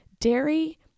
Dairy